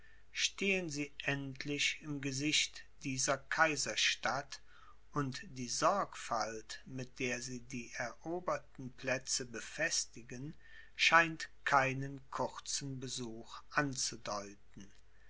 stehen sie endlich im gesicht dieser kaiserstadt und die sorgfalt mit der sie die eroberten plätze befestigen scheint keinen kurzen besuch anzudeuten